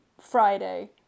Friday